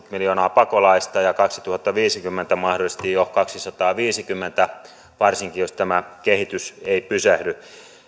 miljoonaa pakolaista ja kaksituhattaviisikymmentä mahdollisesti jo kaksisataaviisikymmentä miljoonaa varsinkin jos tämä kehitys ei pysähdy